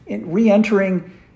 re-entering